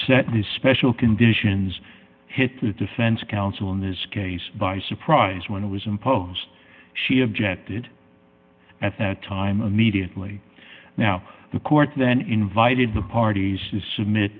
set these special conditions hit the defense counsel in this case by surprise when it was imposed she objected at that time a mediately now the court then invited the parties to submit